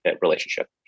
relationship